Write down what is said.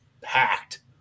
packed